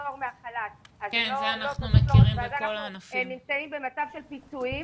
לחזור מהחל"ת אז הן נמצאים במצב של פיצויים,